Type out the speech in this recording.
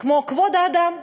כמו כבוד האדם.